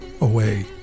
away